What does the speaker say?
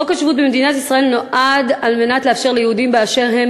חוק השבות במדינת ישראל נועד לאפשר ליהודים באשר הם